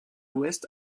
ouest